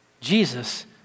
Jesus